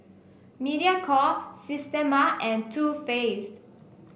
Mediacorp Systema and Too Faced